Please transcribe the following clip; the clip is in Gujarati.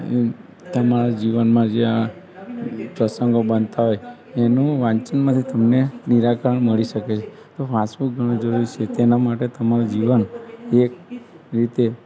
તમારા જીવનમાં જ્યાં પ્રસંગો બનતા હોય એનું વાંચનમાંથી તમને નિરાકરણ મળી શકે છે તો વાંચવું ઘણું જરૂરી છે તેનાં માટે તમારું જીવન એક રીતે